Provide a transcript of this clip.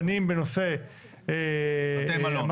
דנים בנושא בתי מלון,